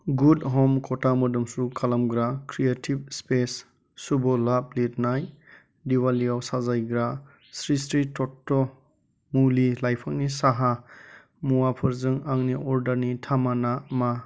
good ह'म खथा मोदोमफ्रु खालामग्रा क्रियेटिभ स्पेस सुभ लाभ लिरनाय दिवालियाव साजायग्रा स्रि स्रि तत्व' मुलि लाइफांनि साहा मुवाफोरजों आंनि अर्डारनि थामाना मा